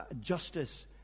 justice